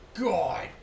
God